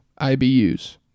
IBUs